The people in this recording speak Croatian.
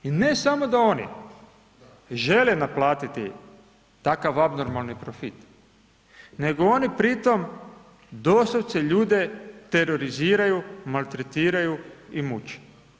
I ne samo da oni žele naplatiti takav abnormalni profit nego oni pri tome doslovce ljude teroriziraju, maltretiraju i muče.